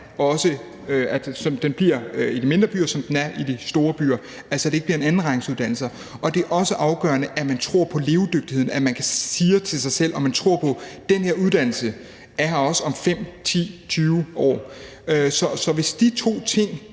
så høj i de mindre byer, som den er i de store byer, altså at det ikke bliver andenrangsuddannelser. Det er også afgørende, at man tror på levedygtigheden. Altså, at man siger til sig selv, at man tror på, at den her uddannelse også er der om 5,10, 20 år. Så hvis de to ting